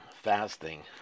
fasting